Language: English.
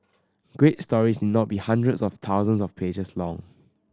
great stories not be hundreds or thousands of pages long